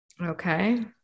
okay